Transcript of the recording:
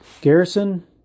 Garrison